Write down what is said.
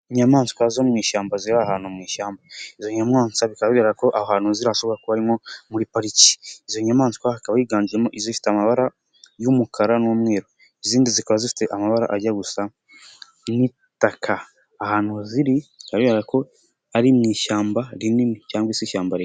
Inyamaswa zo mu ishyamba ziri ahantu mu ishyamba, izo nyamaswa bigaragaza ko ahantu hashobora kuba ari muri pariki, izo nyamaswa hakaba higanjemo izifite amabara y'umukara n'umweru, izindi zikaba zifite amabara ajya gusa n'itaka, ahantu ziri bigaragara ko ari mu ishyamba rinini cyangwa ishyamba rimwe.